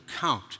count